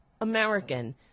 American